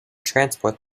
transport